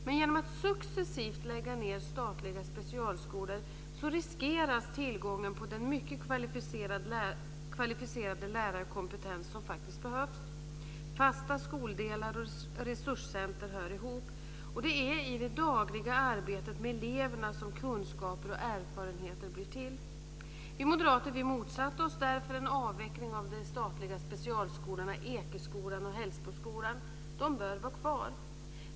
Men genom att man successivt lägger ned statliga specialskolor riskeras tillgången på den mycket kvalificerade lärarkompetens som behövs. Fasta skoldelar och resurscenter hör ihop. Det är i det dagliga arbetet med eleverna som kunskaper och erfarenheter blir till. Vi moderater motsatte oss därför en avveckling av de statliga specialskolorna Ekeskolan och Hällsboskolan. De bör vara kvar.